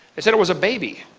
they said it was a baby.